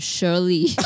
Shirley